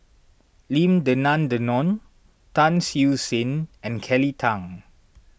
Lim Denan Denon Tan Siew Sin and Kelly Tang